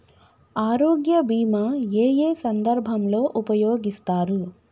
ఆరోగ్య బీమా ఏ ఏ సందర్భంలో ఉపయోగిస్తారు?